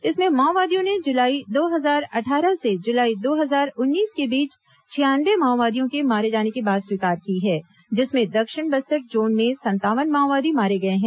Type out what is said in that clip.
इसमें माओवादियों ने जुलाई दो हजार अट्ठारह से जुलाई दो हजार उन्नीस के बीच छियानवे माओवादियों के मारे जाने की बात स्वीकार की है जिसमें दक्षिण बस्तर जोन में संतावन माओवादी मारे गए हैं